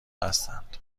بستند